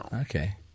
Okay